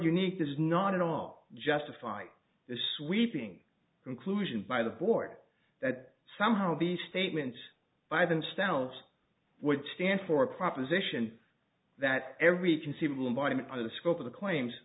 unique does not at all justify this sweeping conclusion by the board that somehow the statement by themselves would stand for a proposition that every conceivable embodiment of the scope of the claims